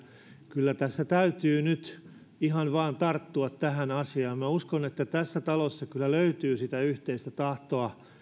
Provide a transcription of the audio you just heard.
kyllä tässä täytyy nyt ihan vaan tarttua tähän asiaan minä uskon että tässä talossa kyllä löytyy sitä yhteistä tahtoa